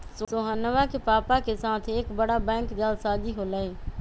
सोहनवा के पापा के साथ एक बड़ा बैंक जालसाजी हो लय